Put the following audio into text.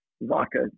vodka